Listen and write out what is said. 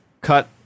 cut